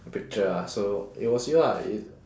picture ah so it was you ah it